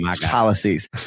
policies